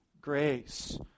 grace